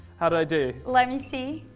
how did i do? let me see.